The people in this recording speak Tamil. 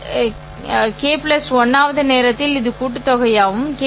இதற்கான திசையன் சேர்த்தல் அவற்றை கூறு வாரியாக சேர்க்கும்